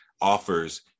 offers